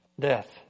death